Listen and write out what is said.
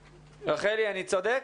רחלי, אני צודק?